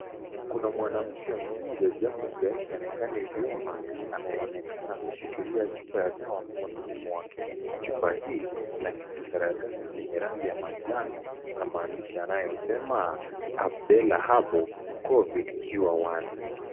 Kuna mwanamke mmoja japo sura yake haionekani vyema anayeonekana kushikilia chupa ya dawa kwa mkononi mwake. Chupa hii kina kijikaratasi yenye rangi ya manjano na maandishi yanayosema abdela herbal covid cure 1.